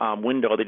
window